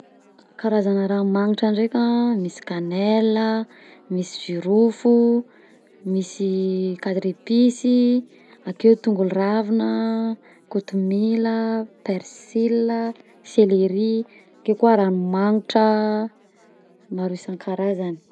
Karazana raha magnnitra ndraika: misy kanelina, misy zirofo, misy quatre episy, akeo tongolo ravina, kotomila, persil a, selery, akeo koa raha magnitra maro isan-karazany.